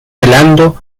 velando